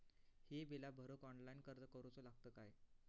ही बीला भरूक ऑनलाइन अर्ज करूचो लागत काय?